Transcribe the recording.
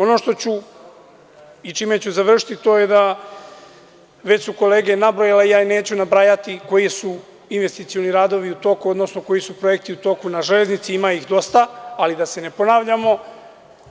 Ono čime ću završiti, a već su kolege nabrojale, a ja neću nabrajati koji su investicioni radovi u toku, odnosno koji su projekti u toku na železnici a ima ih dosta, a da se ne bi smo ponavljali,